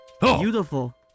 beautiful